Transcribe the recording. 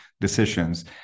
decisions